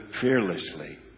fearlessly